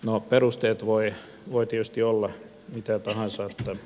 no perusteet voivat tietysti olla mitä tahansa